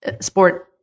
sport